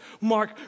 Mark